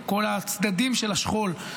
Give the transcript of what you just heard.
כל הצדדים של השכול.